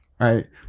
right